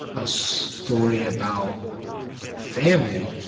a story about family.